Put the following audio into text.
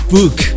Book